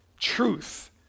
truth